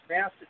massive